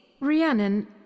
Rhiannon